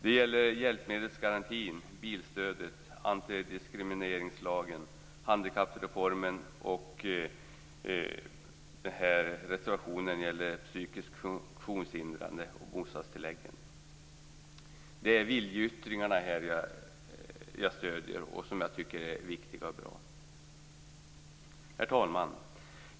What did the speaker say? Det gäller hjälpmedelsgarantin, bilstödet, antidiskrimineringslagen, handikappreformen och reservationen om psykiskt funktionshindrade och bostadstilläggen. Det är viljeyttringarna jag stöder och som jag tycker är viktiga och bra. Herr talman!